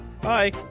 Bye